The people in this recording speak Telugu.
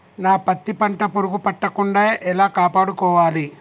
నా పత్తి పంట పురుగు పట్టకుండా ఎలా కాపాడుకోవాలి?